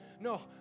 no